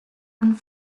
and